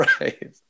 Right